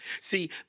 See